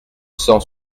cent